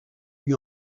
lui